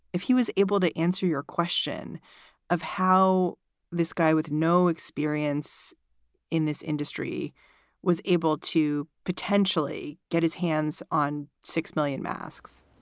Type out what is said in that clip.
if he was able to answer your question of how this guy with no experience in this industry was able to potentially get his hands on six million masks